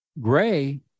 gray